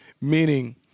meaning